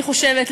אני חושבת,